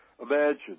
Imagine